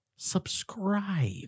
subscribe